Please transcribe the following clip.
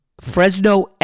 Fresno